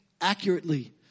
accurately